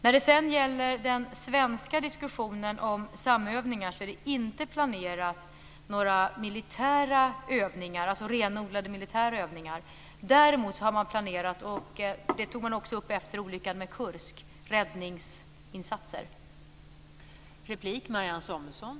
När det gäller den svenska diskussionen om samövningar vill jag säga att det inte är planerat några renodlade militära övningar. Däremot har man planerat att öva räddningsinsatser, och det tog man också upp efter olyckan med Kursk.